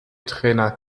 trainer